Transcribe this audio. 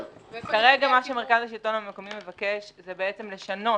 כרגע, מה שמרכז השלטון המקומי מבקש זה לשנות.